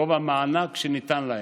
גובה מענק שניתן להם.